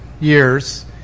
years